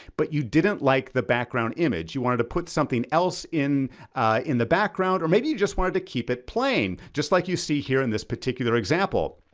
but you didn't like background image. you wanted to put something else in in the background, or maybe you just wanted to keep it plain, just like you see here in this particular example.